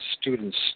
students